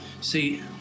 see